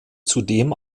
zudem